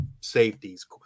safeties